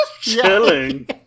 chilling